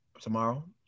tomorrow